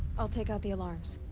i'll take out the alarms.